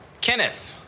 Kenneth